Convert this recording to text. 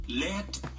let